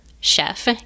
chef